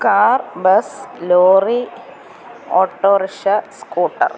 car bus lorry autorickshaw scooter